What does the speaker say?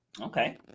Okay